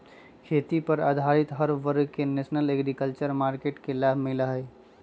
खेती पर आधारित हर वर्ग के नेशनल एग्रीकल्चर मार्किट के लाभ मिला हई